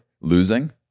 losing